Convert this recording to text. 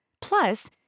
Plus